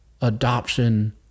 adoption